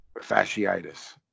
fasciitis